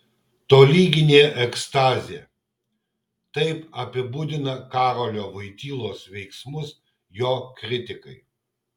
tolyginė ekstazė taip apibūdina karolio voitylos veiksmus jo kritikai